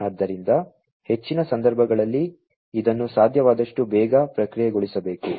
ಆದ್ದರಿಂದ ಹೆಚ್ಚಿನ ಸಂದರ್ಭಗಳಲ್ಲಿ ಇದನ್ನು ಸಾಧ್ಯವಾದಷ್ಟು ಬೇಗ ಪ್ರಕ್ರಿಯೆಗೊಳಿಸಬೇಕು